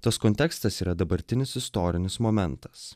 tas kontekstas yra dabartinis istorinis momentas